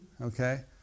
Okay